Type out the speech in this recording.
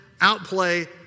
outplay